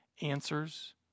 answers